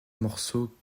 morceaux